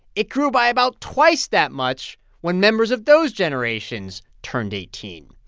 it grew by about twice that much when members of those generations turned eighteen.